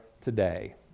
today